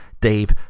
Dave